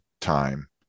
time